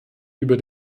über